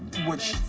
which,